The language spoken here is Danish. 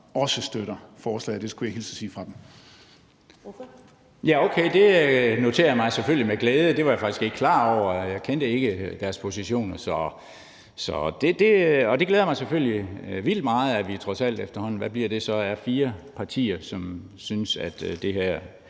Hyllested (EL): Okay, det noterer jeg mig selvfølgelig med glæde. Det var jeg faktisk ikke klar over, jeg kendte ikke deres position. Så det glæder mig selvfølgelig vildt meget, at vi trods alt efterhånden er fire partier, som synes, at det her